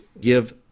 give